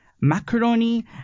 Macaroni